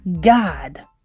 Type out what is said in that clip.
God